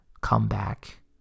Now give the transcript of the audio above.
comeback